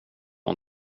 har